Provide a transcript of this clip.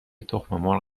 تخممرغ